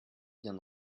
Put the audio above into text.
bien